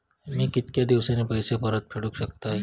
मी कीतक्या दिवसांनी पैसे परत फेडुक शकतय?